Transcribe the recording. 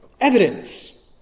evidence